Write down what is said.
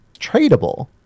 tradable